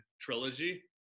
trilogy